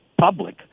public